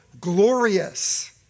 glorious